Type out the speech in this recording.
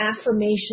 affirmation